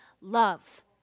love